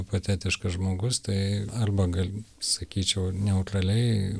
patetiškas žmogus tai arba gal sakyčiau neutraliai